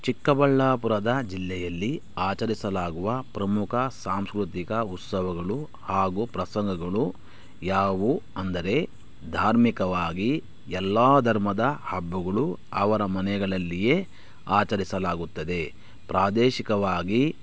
ಚಿಕ್ಕಬಳ್ಳಾಪುರದ ಜಿಲ್ಲೆಯಲ್ಲಿ ಆಚರಿಸಲಾಗುವ ಪ್ರಮುಖ ಸಾಂಸ್ಕೃತಿಕ ಉತ್ಸವಗಳು ಹಾಗು ಪ್ರಸಂಗಗಳು ಯಾವುವು ಅಂದರೆ ಧಾರ್ಮಿಕವಾಗಿ ಎಲ್ಲ ಧರ್ಮದ ಹಬ್ಬಗಳು ಅವರ ಮನೆಗಳಲ್ಲಿಯೇ ಆಚರಿಸಲಾಗುತ್ತದೆ ಪ್ರಾದೇಶಿಕವಾಗಿ